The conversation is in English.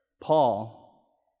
Paul